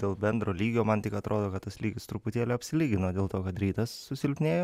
dėl bendro lygio man tik atrodo kad tas lygis truputėlį apsilygino dėl to kad rytas susilpnėjo